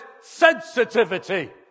sensitivity